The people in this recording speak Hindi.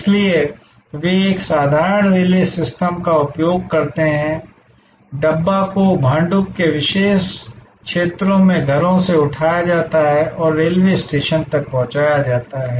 इसलिए वे एक साधारण रिले सिस्टम का उपयोग करते हैं डब्बा को भांडुप के विशेष क्षेत्रों में घरों से उठाया जाता है और रेलवे स्टेशन तक पहुंचाया जाता है